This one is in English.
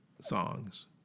songs